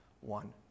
one